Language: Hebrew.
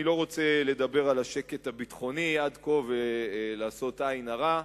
אני לא רוצה לדבר על השקט הביטחוני עד כה ולעשות עין הרע,